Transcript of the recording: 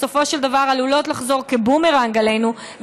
בסופו של דבר עלולות לחזור כבומרנג עלינו,